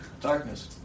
Darkness